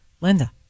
Linda